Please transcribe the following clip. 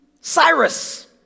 Cyrus